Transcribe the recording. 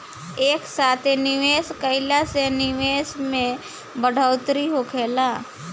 एक साथे निवेश कईला से निवेश में बढ़ोतरी होखेला